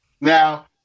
Now